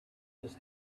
his